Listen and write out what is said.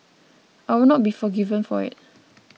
I would not be forgiven for it